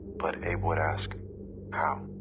but abe would ask how.